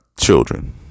children